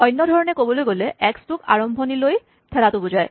অন্য ধৰণে ক'বলৈ গ'লে এক্স টোক আৰম্ভণিলৈ থেলাটো বুজায়